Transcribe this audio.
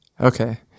Okay